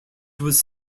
was